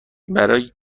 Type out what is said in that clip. برای